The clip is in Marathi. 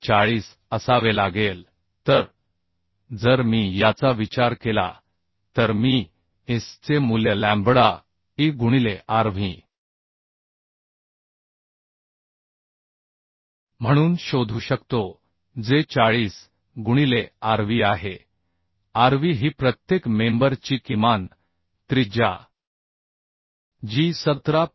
तर ते 40 असावे लागेल तर जर मी याचा विचार केला तर मी S चे मूल्य लॅम्बडा e गुणिले Rv म्हणून शोधू शकतो जे 40 गुणिले Rv आहे Rv ही प्रत्येक मेंबर ची किमान त्रिज्या जी 17